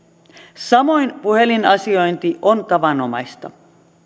samoin puhelinasiointi on tavanomaista